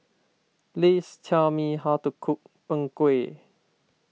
please tell me how to cook Png Kueh